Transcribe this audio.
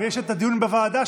יש את הדיון בוועדה,